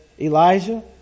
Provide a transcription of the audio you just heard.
Elijah